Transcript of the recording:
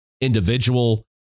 individual